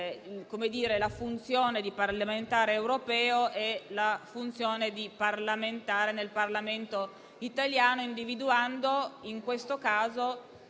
la funzione di parlamentare europeo e la funzione di parlamentare italiano, individuando, in questo caso,